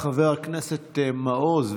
חבר הכנסת מעוז,